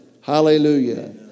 Hallelujah